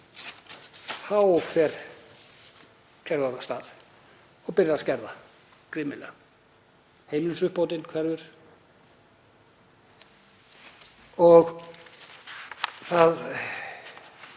Þá fer kerfið af stað og byrjar að skerða grimmilega. Heimilisuppbótin hverfur og